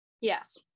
yes